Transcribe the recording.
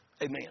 Amen